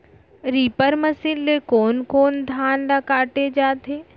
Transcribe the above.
Reaper machine ले कोन कोन धान ल काटे जाथे?